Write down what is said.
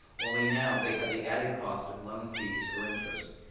only now, they have the added cost of loan fees or interest.